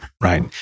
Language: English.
right